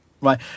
Right